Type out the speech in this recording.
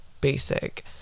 basic